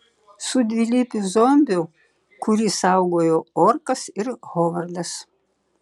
su dvilypiu zombiu kurį saugojo orkas ir hovardas